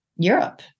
Europe